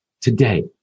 today